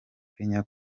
kenya